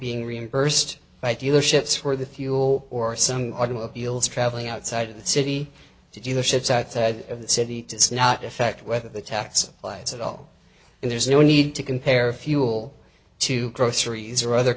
being reimbursed by dealerships where the fuel or some automobiles traveling outside the city to do the ships outside of the city does not affect whether the tax flights at all and there's no need to compare fuel to groceries or other